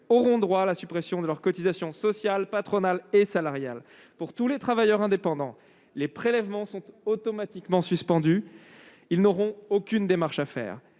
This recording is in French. auront droit à cette même suppression de leurs cotisations sociales, patronales et salariales. Pour tous les travailleurs indépendants, les prélèvements sont automatiquement suspendus, sans aucune démarche à faire,